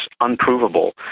unprovable